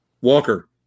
Walker